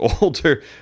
older